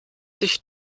sich